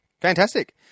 Fantastic